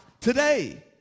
today